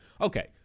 Okay